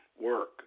Work